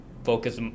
focus